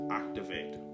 activate